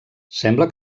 sembla